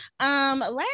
last